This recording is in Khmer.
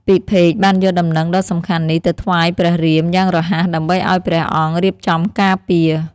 ពិភេកបានយកដំណឹងដ៏សំខាន់នេះទៅថ្វាយព្រះរាមយ៉ាងរហ័ស ដើម្បីឲ្យព្រះអង្គរៀបចំការពារ។